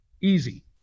easy